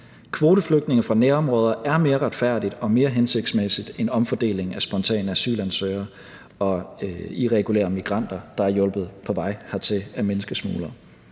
Kvoteflygtninge fra nærområder er mere retfærdigt og mere hensigtsmæssigt end omfordeling af spontane asylansøgere og irregulære migranter, der er hjulpet på vej hertil af menneskesmuglere.